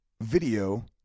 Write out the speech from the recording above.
video